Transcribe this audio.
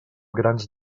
grans